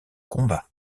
combat